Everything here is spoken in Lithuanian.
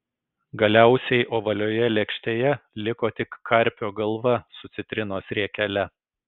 galiausiai ovalioje lėkštėje liko tik karpio galva su citrinos riekele